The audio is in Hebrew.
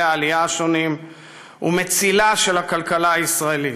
העלייה השונים ומצילה של הכלכלה הישראלית.